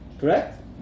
Correct